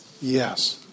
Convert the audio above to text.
Yes